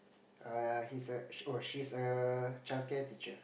err he's a she's a childcare teacher